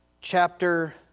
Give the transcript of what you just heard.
chapter